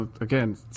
Again